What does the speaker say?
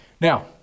now